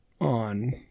on